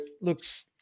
looks